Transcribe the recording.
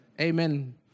Amen